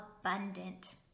abundant